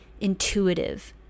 intuitive